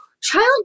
child